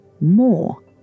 more